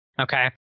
Okay